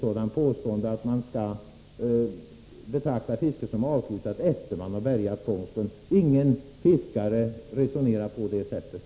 Men påståendet att man skall betrakta fisket som avslutat efter det att fångsten har bärgats är inte relevant. Ingen fiskare resonerar på det sättet.